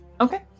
okay